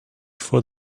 for